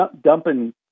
dumping